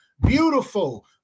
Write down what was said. beautiful